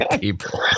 people